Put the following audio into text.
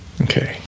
Okay